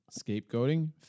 scapegoating